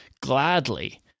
gladly